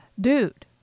dude